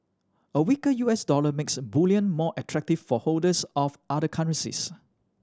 a weaker U S dollar makes bullion more attractive for holders of other currencies